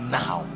now